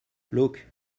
look